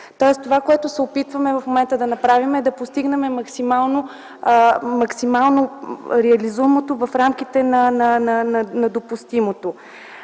тоест това, което се опитваме в момента да направим, е да постигнем максимално реализуемото в рамките на допустимото.